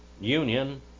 union